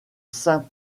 saint